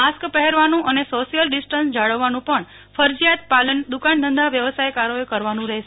mask પહેરવાનું અને social distance જાળવવાનું પણ ફરજિયાત પાલન દુકાન ધંધા વ્યવસાયકારોએ કરવાનું રહેશે